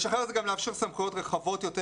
לשחרר זה גם לאפשר סמכויות רחבות יותר